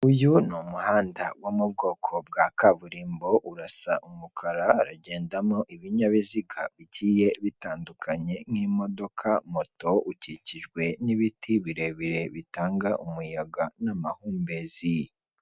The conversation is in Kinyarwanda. Uyu ni umuhanda wo mu bwoko bwa kaburimbo, urasa umukara, haragendamo ibinyabiziga bigiye bitandukanye nk'imodoka, moto, ukikijwe n'ibiti birebire bitanga umuyaga n'amahumbezi.